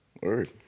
word